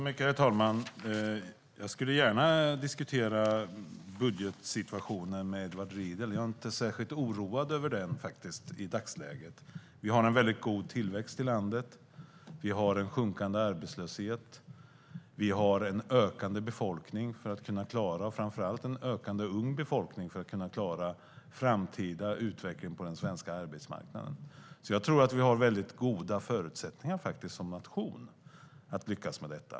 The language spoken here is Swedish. Herr talman! Jag skulle gärna diskutera budgetsituationen med Edward Riedl. Jag är inte särskilt oroad över den i dagsläget, faktiskt. Vi har en väldigt god tillväxt i landet. Vi har en sjunkande arbetslöshet. Vi har en ökande befolkning, och framför allt en ökande ung befolkning, för att kunna klara den framtida utvecklingen på den svenska arbetsmarknaden. Jag tror därför att vi har väldigt goda förutsättningar som nation att lyckas med detta.